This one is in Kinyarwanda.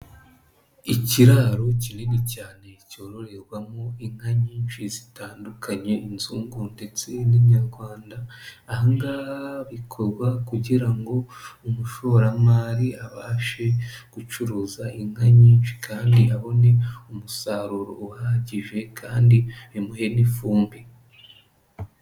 Ikiraro kinini cyane cyororerwamo inka nyinshi zitandukanye, inzungu ndetse n'inyarwanda, ibingibi bikorwa kugira ngo umushoramari abashe gucuruza inka nyinshi kandi abone umusaruro uhagije kandi bimuhe n'ifumbire.